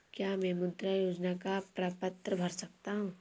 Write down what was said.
क्या मैं मुद्रा योजना का प्रपत्र भर सकता हूँ?